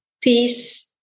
peace